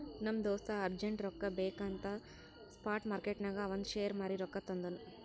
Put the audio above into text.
ನಮ್ ದೋಸ್ತ ಅರ್ಜೆಂಟ್ ರೊಕ್ಕಾ ಬೇಕ್ ಅಂತ್ ಸ್ಪಾಟ್ ಮಾರ್ಕೆಟ್ನಾಗ್ ಅವಂದ್ ಶೇರ್ ಮಾರೀ ರೊಕ್ಕಾ ತಂದುನ್